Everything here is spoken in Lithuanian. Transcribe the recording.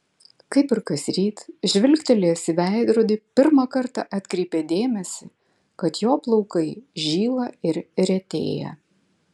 kaip ir kasryt žvilgtelėjęs į veidrodį pirmą kartą atkreipė dėmesį kad jo plaukai žyla ir retėja